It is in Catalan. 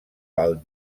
pel